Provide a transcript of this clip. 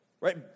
right